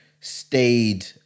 stayed